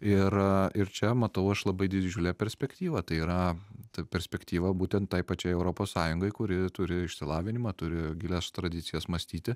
ir ir čia matau aš labai didžiulę perspektyvą tai yra ta perspektyva būtent tai pačiai europos sąjungai kuri turi išsilavinimą turi gilias tradicijas mąstyti